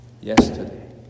yesterday